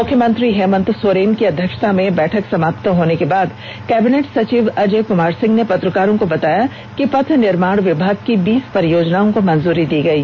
मुख्यमंत्री हेमंत सोरेने की अध्यक्षता में बैठक समाप्त होने के बाद कैबिनेट सचिव अजय कुमार सिंह ने पत्रकारों को बताया कि पथ निर्माण विभाग की बीस परियोजनाओं को मंजूरी दी गयी